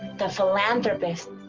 the philanthropists